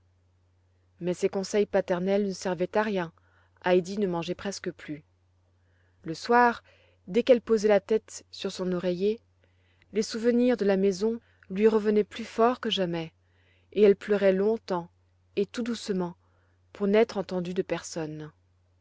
mais ces conseils paternels ne servaient à rien heidi ne mangeait presque plus le soir dès qu'elle posait la tête sur son oreiller les souvenirs de la maison lui revenaient plus fort que jamais et elle pleurait longtemps et tout doucement pour n'être entendue de personne